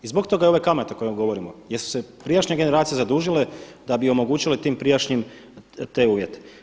I zbog toga ove kamate o kojima govorimo jer su se prijašnje generacije zadužile da bi omogućile tim prijašnjim te uvjete.